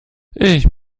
ich